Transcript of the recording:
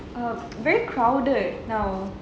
err very crowded now